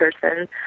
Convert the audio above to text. person